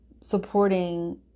supporting